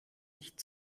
nicht